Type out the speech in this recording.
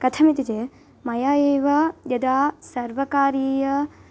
कथम् इति चेत् मया एव यदा सर्वकारीय